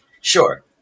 Sure